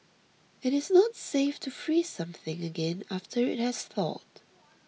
it is not safe to freeze something again after it has thawed